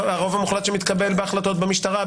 הרוב המוחלט שמתקבל בהחלטות במשטרה,